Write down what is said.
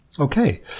Okay